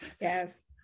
Yes